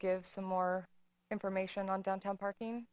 give some more information on downtown parking